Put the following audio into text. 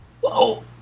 Whoa